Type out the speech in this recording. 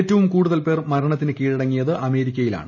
ഏറ്റവും കൂടുതൽ പേർ മരണത്തിന് കീഴടങ്ങിയത് അമേരിക്കയിലാണ്